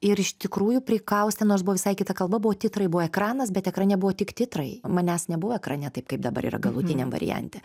ir iš tikrųjų prikaustė nors buvo visai kita kalba buvo titrai buvo ekranas bet ekrane buvo tik titrai manęs nebuvo ekrane taip kaip dabar yra galutiniam variante